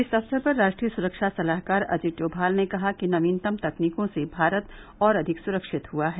इस अक्सर पर राष्ट्रीय सुरक्षा सलाहकार अजित डोभाल ने कहा कि नवीनतम तकनीकों से भारत और अधिक सुरक्षित हुआ है